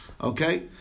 Okay